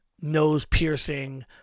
nose-piercing